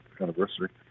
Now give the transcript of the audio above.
anniversary